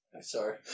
Sorry